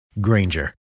Granger